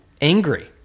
angry